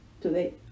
today